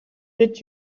did